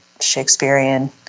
Shakespearean